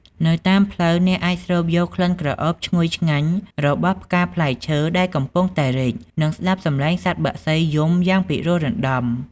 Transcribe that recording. នៅតាមផ្លូវ អ្នកអាចស្រូបយកក្លិនក្រអូបឈ្ងុយឆ្ងាញ់របស់ផ្កាផ្លែឈើដែលកំពុងតែរីក និងស្តាប់សម្លេងសត្វបក្សីយំយ៉ាងពិរោះរណ្តំ។